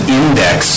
index